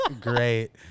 great